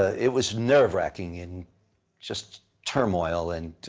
it was nerve-racking and just turmoil and